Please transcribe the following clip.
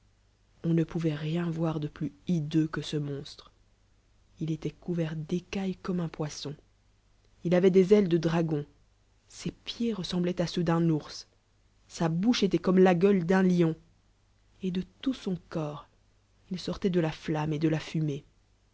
on ne pouvait rien voir de plus hideux que ce monstre il éloit couvert d'é cailles comme un poisson il avo des ailes de dragon ses pieds ressem bloient ceux d'un ours sa bonch étoit comme la gueule d'un lion et de tout lion corps il sortoit de la flamme et de la fumée